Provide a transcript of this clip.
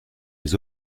les